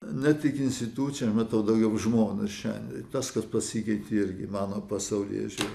ne tik instituciją matau daugiau žmones šiandien tas kas pasikeitė irgi mano pasaulėžiūra